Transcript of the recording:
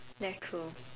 that's true